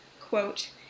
quote